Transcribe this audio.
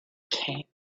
came